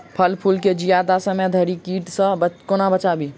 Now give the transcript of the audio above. फल फुल केँ जियादा समय धरि कीट सऽ कोना बचाबी?